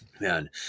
man